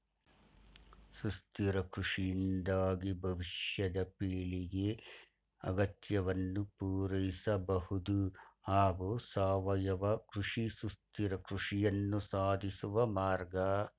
ಸುಸ್ಥಿರ ಕೃಷಿಯಿಂದಾಗಿ ಭವಿಷ್ಯದ ಪೀಳಿಗೆ ಅಗತ್ಯವನ್ನು ಪೂರೈಸಬಹುದು ಹಾಗೂ ಸಾವಯವ ಕೃಷಿ ಸುಸ್ಥಿರ ಕೃಷಿಯನ್ನು ಸಾಧಿಸುವ ಮಾರ್ಗ